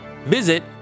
Visit